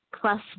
plus